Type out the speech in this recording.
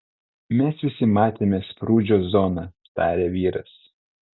mes visi matėme sprūdžio zoną tarė vyras